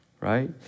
right